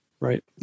right